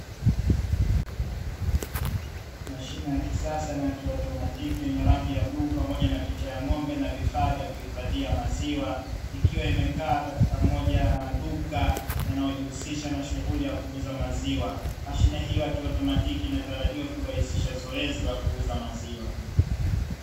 Mashine ya kisasa na ya kiatumatiki yenye rangi ya bluu pamoja na picha ya ng’ombe na vifaa vya kuhifadhia maziwa. Ikiwa imekaa katika moja ya maduka yanayojihusisha na shughuli ya kuuza maziwa. Mashine hiyo ya kiautomatiki inatarajiwa kurahisisha zoezi la kuuza maziwa.